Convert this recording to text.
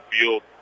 field